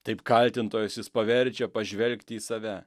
taip kaltintojas jis paverčia pažvelgti į save